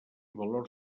valor